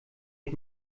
ich